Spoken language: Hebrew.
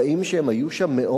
שצה"ל חייב לערוך שם סדר